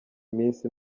minsi